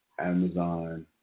Amazon